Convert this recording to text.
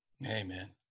Amen